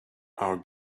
our